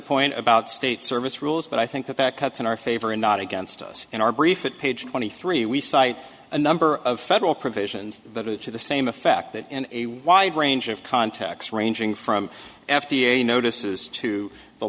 point about state service rules but i think that that cuts in our favor and not against us in our brief it page twenty three we cite a number of federal provisions that are to the same effect that a wide range of contexts ranging from f d a notices to the